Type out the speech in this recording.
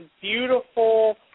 beautiful